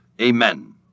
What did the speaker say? Amen